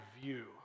view